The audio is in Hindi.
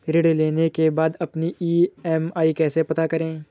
ऋण लेने के बाद अपनी ई.एम.आई कैसे पता करें?